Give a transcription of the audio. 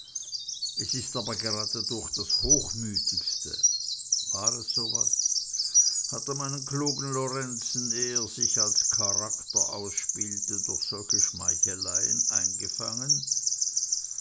es ist aber gerade dadurch das hochmütigste war es so was hat er meinen klugen lorenzen eh er sich als charakter ausspielte durch solche schmeicheleien eingefangen